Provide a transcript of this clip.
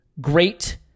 great